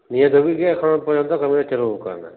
ᱱᱤᱭᱟᱹ ᱫᱷᱟᱹᱵᱤᱡ ᱜᱮ ᱮᱠᱷᱚᱱᱚ ᱯᱚᱨᱡᱚᱱᱛᱚ ᱠᱟᱹᱢᱤ ᱫᱚ ᱪᱟᱹᱞᱩᱣ ᱟᱠᱟᱱᱟ